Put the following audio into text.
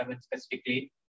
specifically